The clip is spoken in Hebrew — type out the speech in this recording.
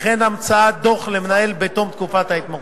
וכן המצאת דוח למנהל בתום תקופת ההתמחות.